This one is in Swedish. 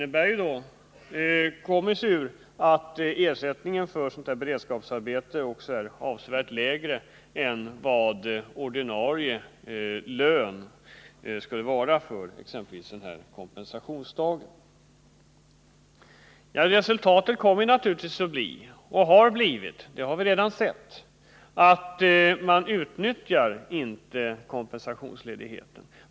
Ersättningen för beredskapsarbete är ju avsevärt lägre än vad den ordinarie lönen skulle ha varit för exempelvis den här kompensationsdagen. Resultatet kommer naturligtvis att bli — det har vi redan sett — att man inte utnyttjar kompensationsledigheten.